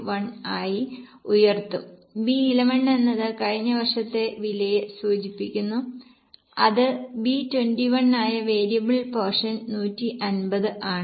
1 ആയി ഉയർത്തും B 11 എന്നത് കഴിഞ്ഞ വർഷത്തെ വിലയെ സൂചിപ്പിക്കുന്നു അത് B 21 ആയ വേരിയബിൾ പോർഷൻ 150 ആണ്